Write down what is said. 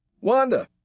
Wanda